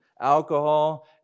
alcohol